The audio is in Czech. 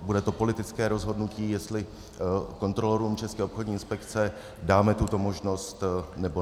Bude to politické rozhodnutí, jestli kontrolorům České obchodní inspekce dáme tuto možnost, nebo ne.